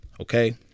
Okay